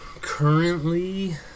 Currently